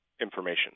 information